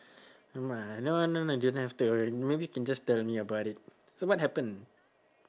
uh my no no no you don't have to maybe you can just tell me about it so what happened